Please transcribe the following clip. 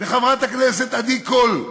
בחברת הכנסת עדי קול,